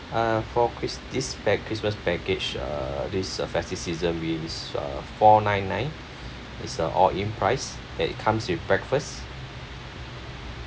uh for christ~ this packa~ christmas package uh this uh festive season wills uh four nine nine is a all in price and it comes with breakfast